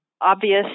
obvious